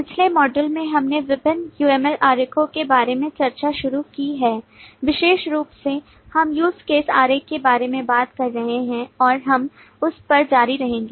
पिछले मॉड्यूल से हमने विभिन्न UML आरेखों के बारे में चर्चा शुरू की है विशेष रूप से हम UseCase आरेख के बारे में बात कर रहे हैं और हम उस पर जारी रहेंगे